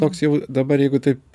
toks jau dabar jeigu taip